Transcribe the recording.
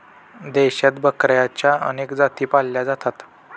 देशात बकऱ्यांच्या अनेक जाती पाळल्या जातात